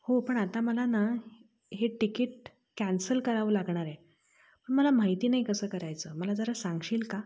हो पण आता मला ना हे तिकीट कॅन्सल करावं लागणार आहे पण मला माहिती नाही कसं करायचं मला जरा सांगशील का